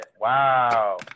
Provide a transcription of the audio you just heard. Wow